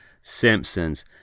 Simpsons